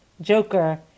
Joker